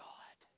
God